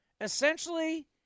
Essentially